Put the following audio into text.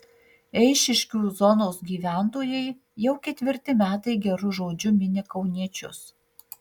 eišiškių zonos gyventojai jau ketvirti metai geru žodžiu mini kauniečius